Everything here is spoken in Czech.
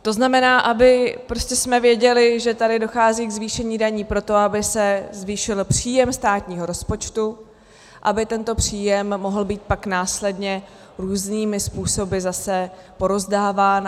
To znamená, abychom prostě věděli, že tady dochází ke zvýšení daní proto, aby se zvýšil příjem státního rozpočtu, aby tento příjem mohl být pak následně různými způsoby zase porozdáván.